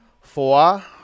Four